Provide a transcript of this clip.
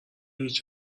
هیچ